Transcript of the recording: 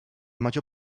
major